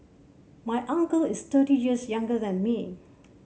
my uncle is thirty years younger than me